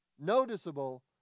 Noticeable